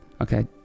okay